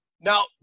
Now